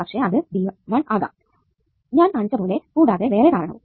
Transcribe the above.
പക്ഷെ അത് d1 ആകാം ഞാൻ കാണിച്ച പോലെ കൂടാതെ വേറെ കാരണവും